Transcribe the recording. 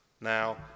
Now